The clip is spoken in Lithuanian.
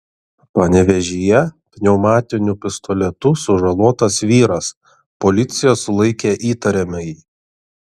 panevėžyje pneumatiniu pistoletu sužalotas vyras policija sulaikė įtariamąjį